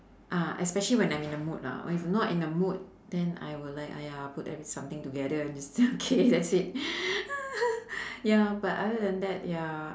uh especially when I'm in the mood lah when if not in the mood then I will like !aiya! put ev~ something together then just okay that's it ya but other than that ya